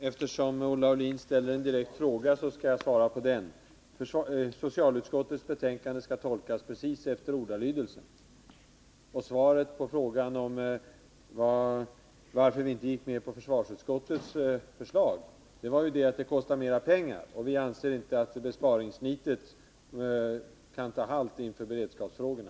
Herr talman! Jag skall svara på den direkta fråga som Olle Aulin ställde. Socialutskottets betänkande skall tolkas precis efter ordalydelsen. Anledningen till att vi inte gick med på försvarsutskottets förslag var att det kostade mer pengar. Vi ansåg inte att besparingssträvandena kunde göra halt inför beredskapsfrågorna.